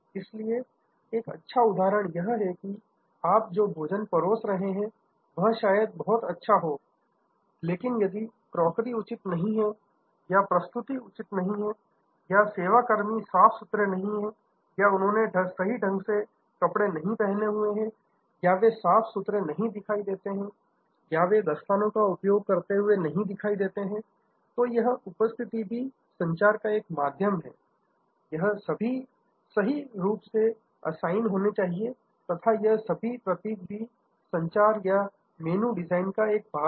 इसलिए एक अच्छा उदाहरण यह है कि आप जो भोजन परोस रहे हैं वह शायद बहुत अच्छा हो लेकिन यदि क्रोकरी उचित नहीं है या प्रस्तुति उचित नहीं है या यदि सेवा कर्मी साफ सुथरे नहीं है या उन्होंने सही ढंग से कपड़े नहीं पहने हुए हैं या वे साफ सुथरे नहीं दिखाई देते हैं या वे दस्तानो का उपयोग करते हुये नहीं दिखाई देते हैं तो यह उपस्थिति भी संचार का एक माध्यम है यह सभी सही रूप से असाइन होने चाहिए तथा यह सभी प्रतीक भी संचार या मेनू डिजाइन का एक भाग है